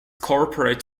corporate